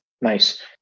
Nice